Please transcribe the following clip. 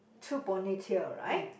two ponytail right